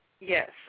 Yes